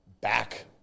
back